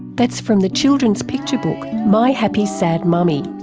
that's from the children's picture book my happy sad mummy.